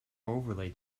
overlay